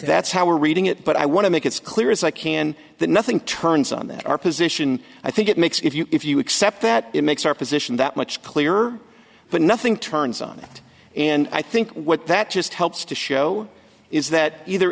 that's how we're reading it but i want to make it clear as i can that nothing turns on that our position i think it makes if you accept that it makes our position that much clearer but nothing turns on it and i think what that just helps to show is that either